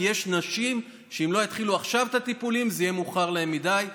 כי יש נשים שאם לא יתחילו עכשיו את הטיפולים זה יהיה מאוחר מדי להן,